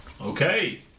Okay